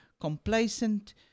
complacent